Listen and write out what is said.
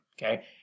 Okay